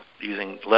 using